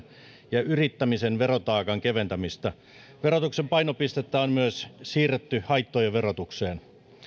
ja yrittämisen verotaakan keventämistä verotuksen painopistettä on myös siirretty haittojen verotukseen aivan olennainen